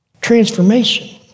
Transformation